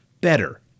better